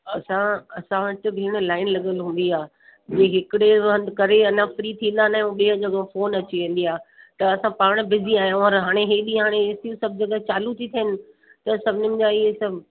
असां असां वटि भेण लाहिनि लॻियल हूंदी जे हिकिड़े हंधु करे अञा फ्री थींदा ना आहियूं ॿीं जॻह फ़ोन अची वेंदी आहे त असां पाणि बिज़ी आहियूं और हाणे हेॾी हाणे एसियूं सभु जॻा चालू थी थियनि त सभिनिनि जा इहे सभु